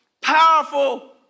powerful